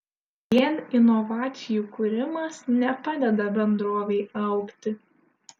vien inovacijų kūrimas nepadeda bendrovei augti